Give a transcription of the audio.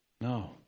No